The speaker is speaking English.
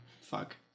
Fuck